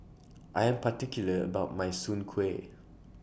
I Am particular about My Soon Kueh